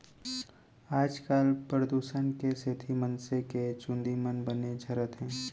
आजकाल परदूसन के सेती मनसे के चूंदी मन बने झरत हें